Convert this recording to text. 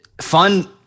fun